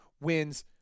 wins